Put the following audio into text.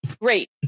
great